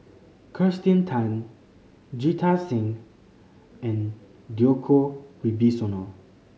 Kirsten Tan Jita Singh and Djoko Wibisono